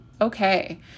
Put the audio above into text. Okay